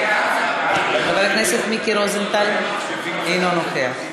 חבר הכנסת מיקי רוזנטל, אינו נוכח.